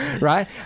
right